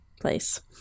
place